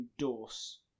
endorse